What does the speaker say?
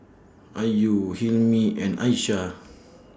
Ayu Hilmi and Aishah